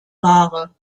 ware